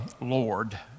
Lord